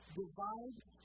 divides